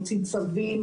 מוציא צווים,